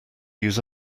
use